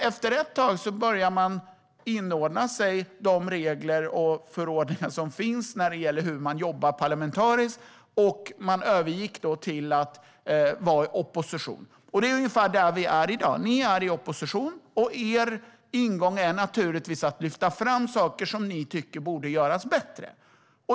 Efter ett tag började man dock inordna sig under de regler och förordningar som finns när det gäller hur vi jobbar parlamentariskt, och man övergick då till att vara i opposition. Det är ungefär där vi är i dag. Ni är i opposition, och er ingång är naturligtvis att lyfta fram saker ni tycker borde göras bättre.